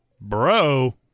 Bro